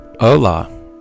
Hola